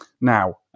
now